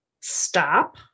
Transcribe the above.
stop